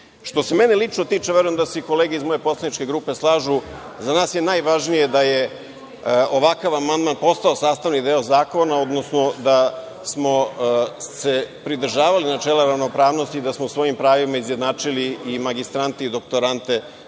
se mene lično tiče, a verujem da se i kolege iz moje poslaničke grupe slažu, za nas je najvažnije da je ovakav amandman postao sastavni deo zakona, odnosno da smo se pridržavali načela ravnopravnosti i da smo u ovim pravima izjednačili i magistrante i doktorante